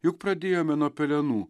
juk pradėjome nuo pelenų